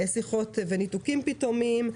שיחות וניתוקים פתאומיים.